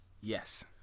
Yes